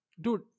Dude